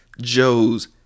Joe's